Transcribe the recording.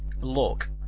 look